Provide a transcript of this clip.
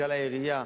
מנכ"ל העירייה